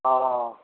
औऔऔ